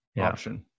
option